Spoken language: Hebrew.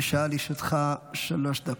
בבקשה, לרשותך שלוש דקות.